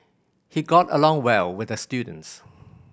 he got along well with the students